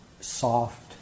soft